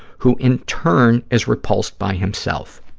who in turn is repulsed by himself.